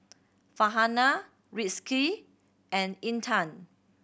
Farhanah Rizqi and Intan